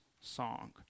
song